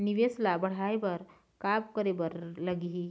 निवेश ला बढ़ाय बर का करे बर लगही?